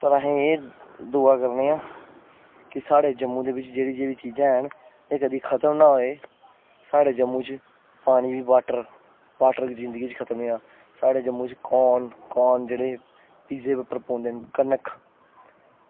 पर अस एह् दुआ करने आं कि साढ़े जम्मू दे बिच जेह्ड़ी जेह्ड़ी चीज़ां हैन एह् कदीं खत्म ना होये साढ़े जम्मू दे बिच पानी वॉटर पानी निं कदें जिंदगी च खत्म होए साढ़े जम्मू च कॉर्न जेह्ड़े पिज्जें दे उप्पर पौंदे न कनक